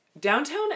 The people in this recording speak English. Downtown